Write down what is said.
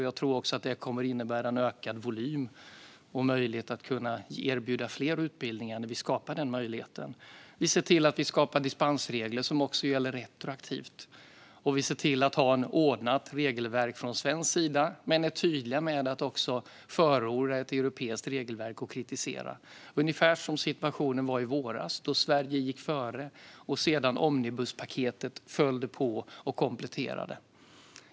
Jag tror att det kommer att innebära en ökad volym och möjlighet att erbjuda fler utbildningar när vi skapar den möjligheten. Vi ser till att skapa dispensregler som gäller retroaktivt, och vi ser till att ha ett ordnat regelverk från svensk sida men är tydliga med att också förorda ett europeiskt regelverk och att kritisera, ungefär som situationen var i våras då Sverige gick före och där omnibuspaketet sedan följde och kompletterade.